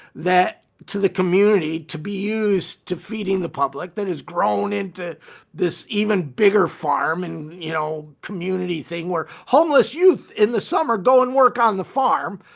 to the community to be used to feeding the public that has grown into this even bigger farm and you know, community thing where homeless youth in the summer go and work on the farm.